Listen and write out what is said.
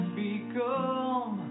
become